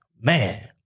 man